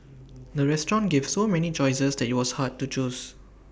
the restaurant gave so many choices that IT was hard to choose